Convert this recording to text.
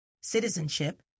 Citizenship